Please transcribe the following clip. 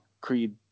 Creed